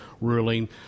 ruling